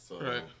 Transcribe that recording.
Right